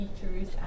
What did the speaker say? Features